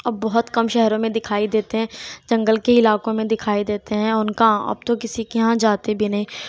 اب بہت کم شہروں میں دکھائی دیتے ہیں جنگل کے علاقوں میں دکھائی دیتے ہیں ان کا اب تو کسی کے یہاں جاتے بھی نہیں